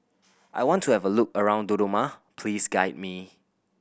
I want to have a look around Dodoma please guide me